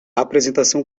apresentação